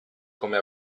come